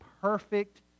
perfect